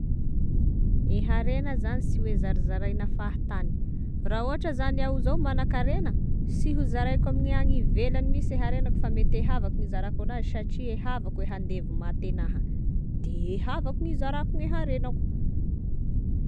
E harena zany sy hoe zarizaraina fahatany raha ohatry zany iaho zao manan-karena sy hozaraiko amin'ny any ivelany mihinsy gn'arenako fa mety e havako no hizarako anazy satria e havako e handevimaty agnah de havako gn'izarako gne harenako.